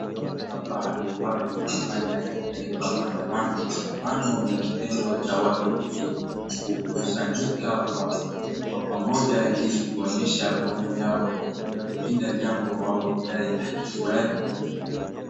Hii hapa watu wanafanya inaitwa maandamano. Maandamano ni kitendo cha watu kukusanyika kwa pamoja ili kuonyesha maoni yao kupinga jambo au kudai haki fulani.